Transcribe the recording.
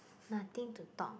nothing to talk